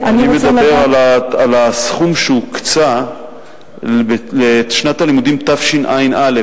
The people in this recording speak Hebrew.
אני מדבר על הסכום שהוקצה לשנת הלימודים תשע"א.